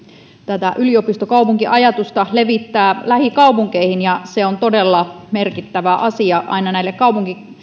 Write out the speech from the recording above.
tätä yliopistokaupunkiajatusta levittää lähikaupunkeihin se on todella merkittävä asia aina näille